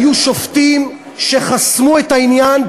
היו שופטים שחסמו את העניין,